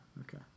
okay